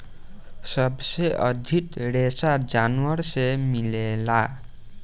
सबसे अधिक रेशा जानवर से मिलेला